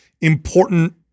important-